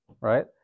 Right